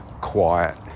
quiet